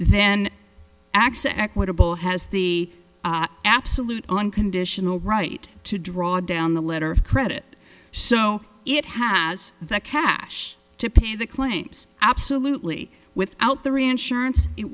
then access equitable has the absolute unconditional right to draw down the letter of credit so it has the cash to pay the claims absolutely without the reinsurance it